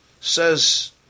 says